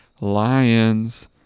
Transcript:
Lions